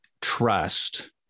trust